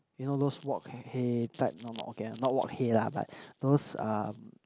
you know those wok-hei type okay not wok-hei lah but those um